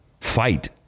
fight